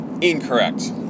incorrect